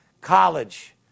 College